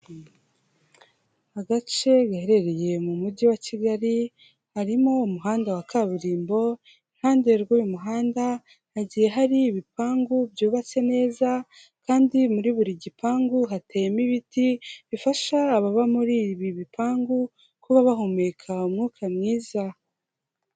Agace gaherereye mu Mujyi wa Kigali, harimo umuhanda wa kaburimbo, iruhande rw'uyu muhanda hagiye hari ibipangu byubatse neza kandi muri buri gipangu hateyemo ibiti bifasha ababa muri ibi bipangu kuba bahumeka umwuka mwiza.